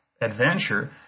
adventure